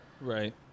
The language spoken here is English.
Right